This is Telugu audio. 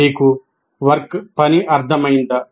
మీకు పని అర్థమైందా